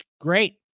Great